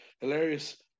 hilarious